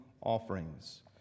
offerings